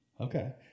Okay